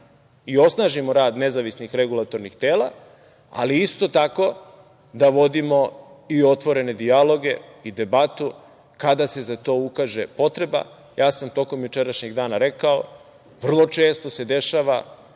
i osnažimo rad nezavisnih regulatornih tela, ali isto tako da vodimo i otvorene dijaloge i debatu, kada se za to ukaže potreba. Tokom jučerašnjeg dana sam rekao, vrlo često se dešava